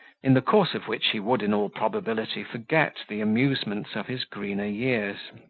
in the course of which he would, in all probability, forget the amusements of his greener years.